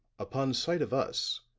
upon sight of us,